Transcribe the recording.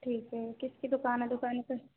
ठीक है किसकी दुकान है दुकान पर